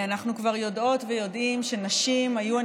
אנחנו כבר יודעות ויודעים שנשים היו,